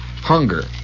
hunger